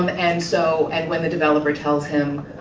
um and so, and when the developer tells him,